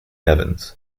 evans